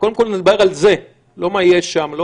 קודם כול מדובר על זה, לא על מה שיש שם.